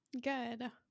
Good